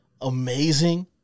Amazing